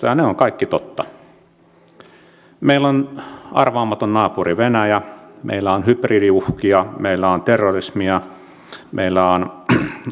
ja ne ovat kaikki totta meillä on arvaamaton naapuri venäjä meillä on hybridiuhkia meillä on terrorismia meille on